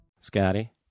Scotty